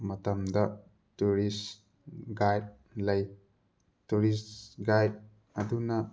ꯃꯇꯝꯗ tourist guide ꯂꯩ tourist guide ꯑꯗꯨꯅ